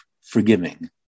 forgiving